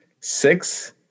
six